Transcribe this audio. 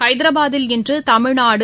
ஐதராபாத்தில் இன்று தமிழ்நாடு